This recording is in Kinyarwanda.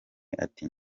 ati